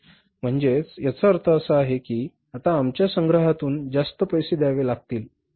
उदाहरणार्थ म्हणजे याचा अर्थ असा आहे की आता आमच्या संग्रहातून जास्त पैसे द्यावे लागतील